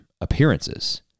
appearances